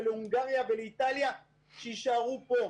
הונגריה ואיטליה שיישארו פה.